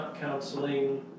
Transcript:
counseling